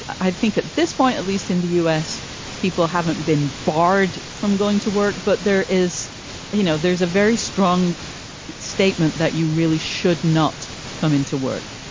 i think at this point, at least in the us, people haven't been barred from going to work. but there is you know, there's a very strong statement that you really should not come into work,